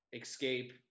escape